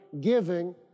giving